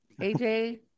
AJ